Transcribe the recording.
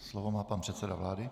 Slovo má pan předseda vlády.